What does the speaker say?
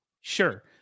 Sure